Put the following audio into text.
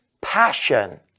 passion